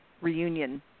reunion